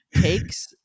takes